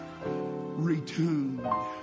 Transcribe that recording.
retuned